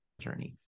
journey